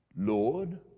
Lord